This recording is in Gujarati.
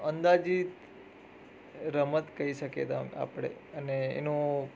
અંદાજિત રમત કહી શકીએ આપણે અને એનું